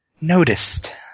Noticed